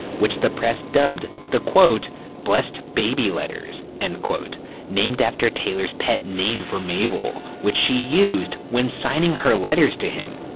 which the press dubbed the blessed baby letters, and named after taylor's pet name for mabel, which she used when signing her letters to him.